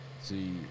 see